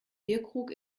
bierkrug